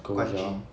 scojah